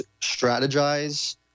strategize